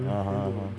(uh huh) (uh huh)